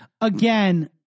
again